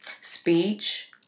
Speech